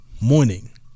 morning